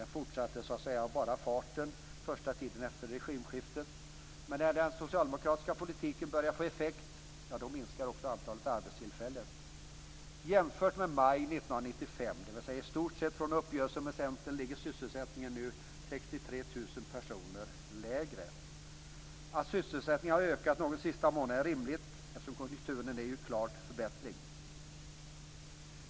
Den fortsatte uppåt av bara farten under den första tiden efter regimskiftet. Men när den socialdemokratiska politiken började att få effekt, då minskade också antalet arbetstillfällen. Jämfört med maj 1995, i stort sett när uppgörelsen med Centerpartiet träffades, uppgår nu antalet sysselsatta till 63 000 personer färre. Att sysselsättningen har ökat något under den senaste månaden är rimligt, eftersom konjunkturen klart har förbättrats.